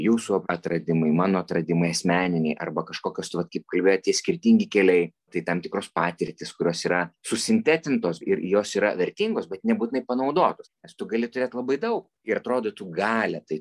jūsų atradimai mano atradimai asmeniniai arba kažkokios vat kaip kalbėjot tie skirtingi keliai tai tam tikros patirtys kurios yra susintetintos ir jos yra vertingos bet nebūtinai panaudotos nes tu gali turėt labai daug ir atrodytų galią tai